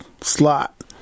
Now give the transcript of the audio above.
slot